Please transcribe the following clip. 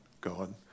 God